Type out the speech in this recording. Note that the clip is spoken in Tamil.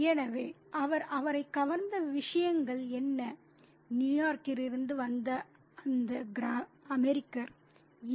எனவே அவர் அவரை கவர்ந்த விஷயங்கள் என்ன நியூயார்க்கில் இருந்து வந்த இந்த அமெரிக்கர் இவை